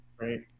Right